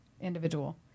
individual